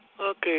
Okay